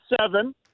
seven